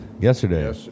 Yesterday